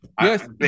Yes